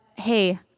Hey